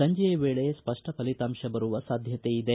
ಸಂಜೆಯ ವೇಳೆ ಸ್ಪಷ್ಷ ಫಲಿತಾಂಶ ಬರುವ ಸಾಧ್ಯತೆಯಿದೆ